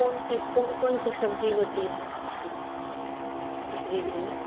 कौन सी कौन कौन सी सब्ज़ी होती है इसी इस ज़िले में